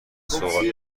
سوال